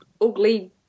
Ugly